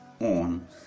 on